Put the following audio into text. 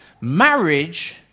Marriage